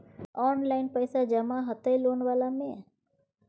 Online पैसा जमा हते लोन वाला में?